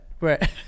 Right